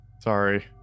Sorry